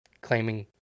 claiming